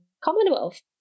Commonwealth